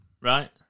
Right